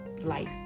life